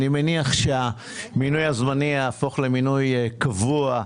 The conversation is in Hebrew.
אני מניח שהמינוי הזמני יהפוך למינוי קבוע.